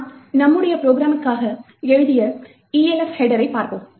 நாம் நம்முடைய ப்ரோக்ராமுக்காக எழுதிய Elf ஹெட்டரைப் பார்ப்போம்